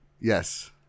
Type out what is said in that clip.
Yes